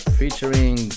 featuring